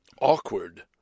awkward